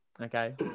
okay